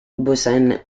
busan